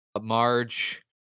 Marge